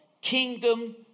kingdom